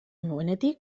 nuenetik